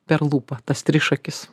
per lūpą tas trišakis